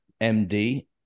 MD